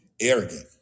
arrogant